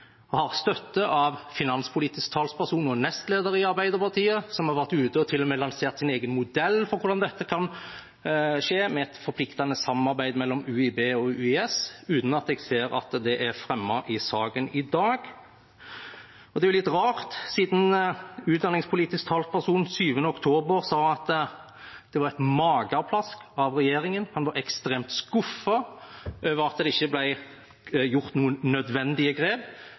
har støtte av finanspolitisk talsperson og nestleder i Arbeiderpartiet, som har vært ute og til og med lansert sin egen modell for hvordan dette kan skje i et forpliktende samarbeid mellom UIB og UIS, uten at jeg ser at det er fremmet i saken i dag. Det er jo litt rart siden utdanningspolitisk talsperson 7. oktober sa at det var et mageplask av regjeringen, han var ekstremt skuffet over at det ikke ble tatt noen nødvendige grep,